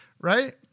Right